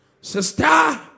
sister